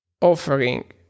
offering